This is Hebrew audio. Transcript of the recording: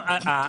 זה לא חודשיים.